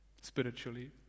spiritually